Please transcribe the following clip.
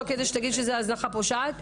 לא כדי שתגיד שזה הזנחה פושעת.